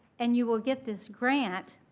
and you will get this grant,